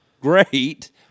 great